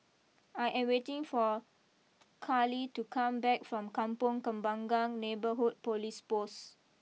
I am waiting for Carlie to come back from Kampong Kembangan Neighbourhood police post